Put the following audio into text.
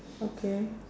okay